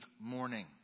morning